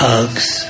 Hugs